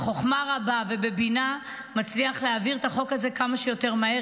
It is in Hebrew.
בחוכמה רבה ובבינה מצליח להעביר את החוק הזה כמה שיותר מהר.